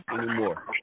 anymore